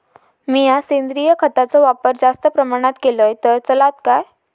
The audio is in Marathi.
मीया सेंद्रिय खताचो वापर जास्त प्रमाणात केलय तर चलात काय?